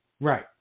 Right